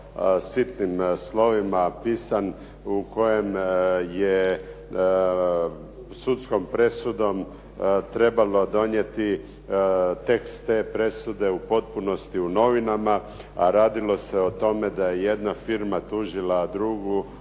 sitnim slovima pisan u kojem je sudskom presudom trebalo donijeti tekst te presude u potpunosti u novinama, a radilo se o tome da je jedna firma tužila drugu